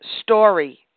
Story